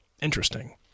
interesting